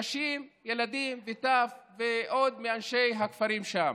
נשים, ילדים וטף, ועוד מאנשי הכפרים שם.